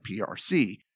PRC